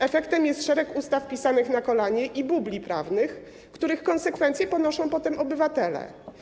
Efektem jest wiele ustaw pisanych na kolanie i bubli prawnych, których konsekwencje ponoszą potem obywatele.